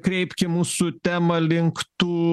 kreipkim mūsų temą link tų